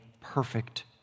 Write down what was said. perfect